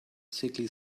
sickly